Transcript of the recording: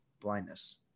blindness